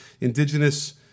indigenous